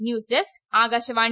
news desk Akashvani